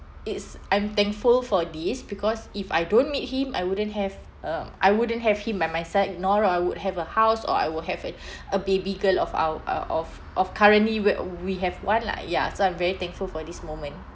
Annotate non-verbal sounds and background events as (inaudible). it's I'm thankful for this because if I don't meet him I wouldn't have um I wouldn't have him by my side nor I would have a house or I would have a (breath) a baby girl of our uh of of currently where we have one lah ya so I'm very thankful for this moment